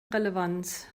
relevanz